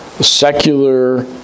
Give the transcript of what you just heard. secular